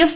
F